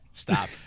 Stop